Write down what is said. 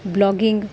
blogging